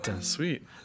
sweet